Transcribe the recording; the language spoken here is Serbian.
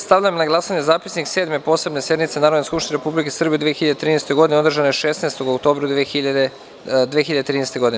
Stavljam na glasanje Zapisnik Sedme posebne sednice Narodne skupštine Republike Srbije u 2013. godini, održane 16. oktobra 2013. godine.